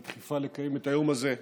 על הדחיפה לקיים את היום הזה.